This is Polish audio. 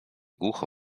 głucho